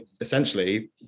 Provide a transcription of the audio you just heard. essentially